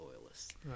loyalists